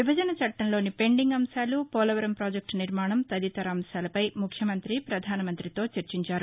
విభజన చట్లంలోని పెండింగ్ అంశాలు పోలవరం పాజెక్లు నిర్మాణం తదితర అంశాలపై ముఖ్యమంత్రి పధానమంత్రితో చర్చించారు